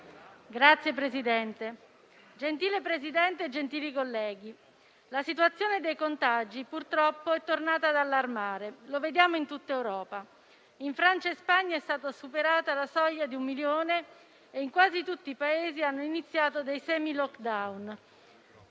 Signor Presidente, gentile presidente Conte, gentili colleghi, la situazione dei contagi purtroppo è tornata ad allarmare e lo vediamo in tutta Europa. In Francia e in Spagna è stata superata la soglia di un milione e in quasi tutti i Paesi sono iniziati semi *lockdown*: